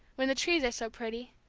when the trees are so pretty.